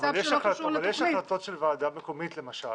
אבל יש החלטות של ועדה מקומית למשל,